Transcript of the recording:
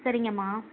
சரிங்க மா